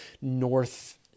north